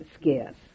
scarce